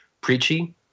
preachy